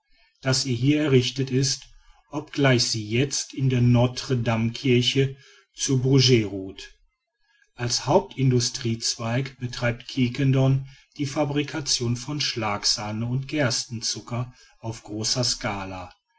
das ihr hier errichtet ist obgleich sie jetzt in der notre dame kirche zu bruges ruht als hauptindustriezweig betreibt quiquendone die fabrikation von schlagsahne und gerstenzucker auf großer scala